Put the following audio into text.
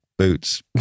Boots